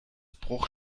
bruch